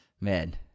Man